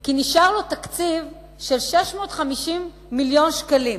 כי נשאר לו תקציב של 650 מיליון שקלים.